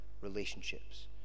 relationships